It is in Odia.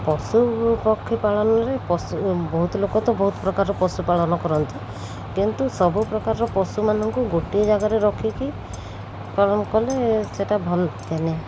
ପଶୁ ପକ୍ଷୀ ପାଳନରେ ପଶୁ ବହୁତ ଲୋକ ତ ବହୁତ ପ୍ରକାର ପଶୁପାଳନ କରନ୍ତି କିନ୍ତୁ ସବୁପ୍ରକାରର ପଶୁମାନଙ୍କୁ ଗୋଟିଏ ଜାଗାରେ ରଖିକି ପାଳନ କଲେ ସେଇଟା ଭଲ ଥାଏନାହିଁ